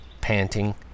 panting